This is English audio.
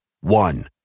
one